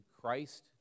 Christ